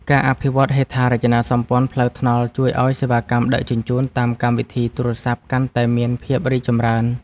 ការអភិវឌ្ឍហេដ្ឋារចនាសម្ព័ន្ធផ្លូវថ្នល់ជួយឱ្យសេវាកម្មដឹកជញ្ជូនតាមកម្មវិធីទូរស័ព្ទកាន់តែមានភាពរីកចម្រើន។